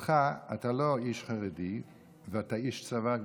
אתה לא איש חרדי, ואתה איש צבא ותיק,